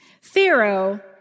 Pharaoh